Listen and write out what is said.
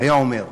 היה אומר: